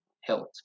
health